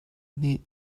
nih